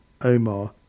Omar